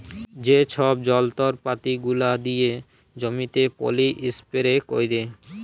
যে ছব যল্তরপাতি গুলা দিয়ে জমিতে পলী ইস্পেরে ক্যারে